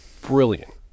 brilliant